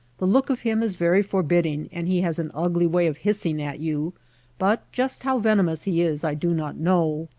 the look of him is very forbidding and he has an ugly way of hissing at you but just how venomous he is i do not know.